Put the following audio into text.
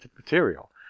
material